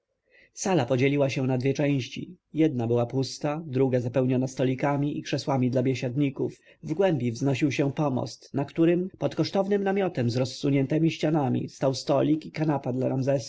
sala podzieliła się na dwie części jedna była pusta druga zapełniona stolikami i krzesłami dla biesiadników w głębi wznosił się pomost na którym pod kosztownym namiotem z rozsuniętemi ścianami stał stolik i kanapa